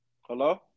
Hello